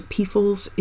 People's